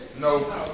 No